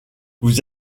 vous